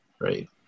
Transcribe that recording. right